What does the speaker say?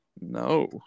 no